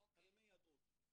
על ימי היעדרות.